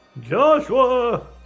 Joshua